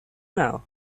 now